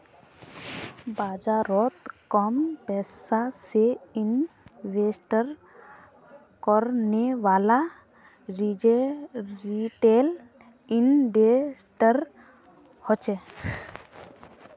बाजारोत कम पैसा से इन्वेस्ट करनेवाला रिटेल इन्वेस्टर होछे